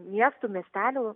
miestų miestelių